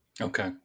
Okay